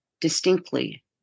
distinctly